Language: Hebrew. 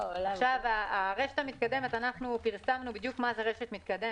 אנחנו פרסמנו בדיוק מה זה רשת מתקדמת.